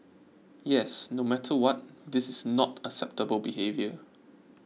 yes no matter what this is not acceptable behaviour